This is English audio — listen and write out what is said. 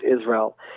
Israel